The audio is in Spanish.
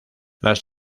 las